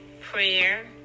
prayer